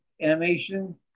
animation